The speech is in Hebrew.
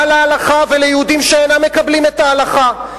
מה להלכה וליהודים שאינם מקבלים את ההלכה?